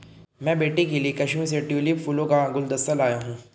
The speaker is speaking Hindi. मैं बेटी के लिए कश्मीर से ट्यूलिप फूलों का गुलदस्ता लाया हुं